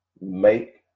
make